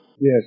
Yes